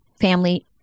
family